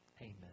Amen